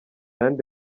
yandi